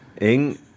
Ing